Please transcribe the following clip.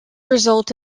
result